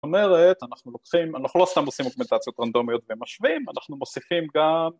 זאת אומרת, אנחנו לוקחים, אנחנו לא סתם עושים אוקמנטציות רנדומיות ומשווים, אנחנו מוסיפים גם...